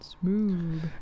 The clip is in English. Smooth